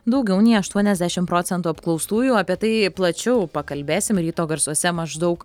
daugiau nei aštuoniasdešimt procentų apklaustųjų apie tai plačiau pakalbėsim ryto garsuose maždaug